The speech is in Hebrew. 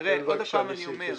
תראה, עוד הפעם אני אומר: